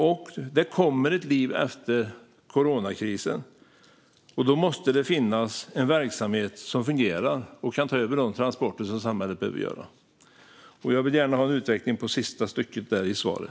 Men det kommer ett liv efter coronakrisen, och då måste det finnas en verksamhet som fungerar och kan ta hand om de transporter som samhället behöver göra. Jag vill gärna ha en utveckling av det sista stycket i det skriftliga svaret.